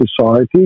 society